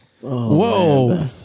Whoa